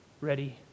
ready